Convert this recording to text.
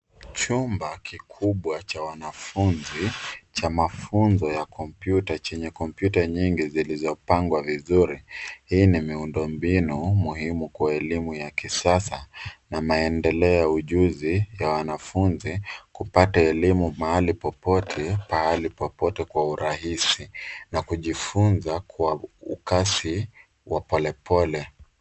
Chumba kikubwa cha wanafunzi cha mafunzo ya kompyuta chenye kompyuta nyingi zilizopangwa vizuri. Hii ni miundombinu muhimu kwa elimu ya kisasa na maendeleo ya ujuzi ya wanafunzi kupata elimu mahali popote pahali popote kwa urahisi na kujifunza kwa ukasi wa polepole.